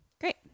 Great